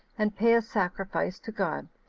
and pay a sacrifice to god,